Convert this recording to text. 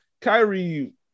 Kyrie